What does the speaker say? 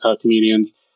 comedians